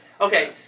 Okay